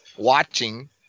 watching